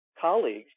colleagues